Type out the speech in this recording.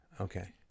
Okay